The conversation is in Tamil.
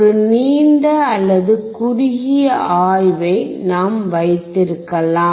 ஒரு நீண்ட அல்லது குறுகிய ஆய்வை நாம் வைத்திருக்கலாம்